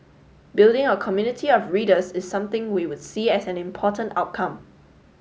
building a community of readers is something we would see as an important outcome